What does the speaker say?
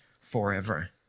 forever